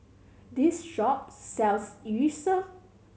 this shop sells Yu Sheng